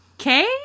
okay